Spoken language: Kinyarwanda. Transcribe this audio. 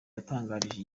yatangarije